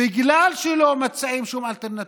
בגלל שלא מציעים שום אלטרנטיבה,